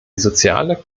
soziale